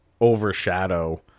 overshadow